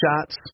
shots